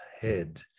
head